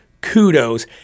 kudos